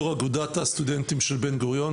יושב-ראש אגודת הסטודנטים של בן גוריון,